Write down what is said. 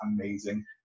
amazing